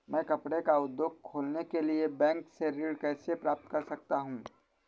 मैं कपड़े का उद्योग खोलने के लिए बैंक से ऋण कैसे प्राप्त कर सकता हूँ?